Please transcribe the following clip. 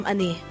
Ani